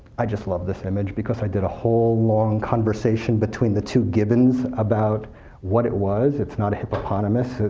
i just love this image, because i did a whole long conversation between the two gibbons about what it was. it's not a hippopotamus,